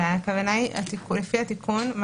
לפי התיקון,